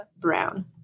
brown